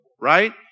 right